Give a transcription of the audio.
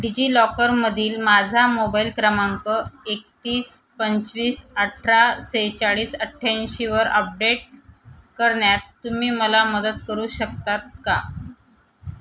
डिजिलॉकरमधील माझा मोबाईल क्रमांक एकतीस पंचवीस अठरा सेहेचाळीस अठ्ठ्याऐंशीवर अपडेट करण्यात तुम्ही मला मदत करू शकता का